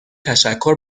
تشکر